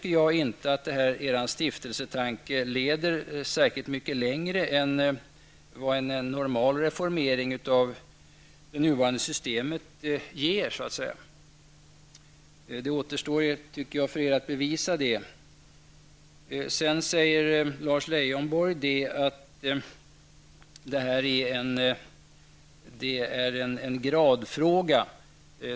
Er stiftelsetanke leder inte särskilt mycket längre än vad en normal reformering av det nuvarande systemet gör. Det återstår för er att bevisa motsatsen. Lars Leijonborg sade att detta är en gradfråga.